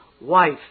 wife